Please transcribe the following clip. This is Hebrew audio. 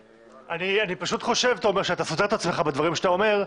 אני חושב שאתה סותר את עצמך בדברים שאתה אומר,